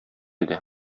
иде